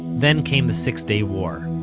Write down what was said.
then came the six day war